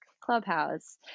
Clubhouse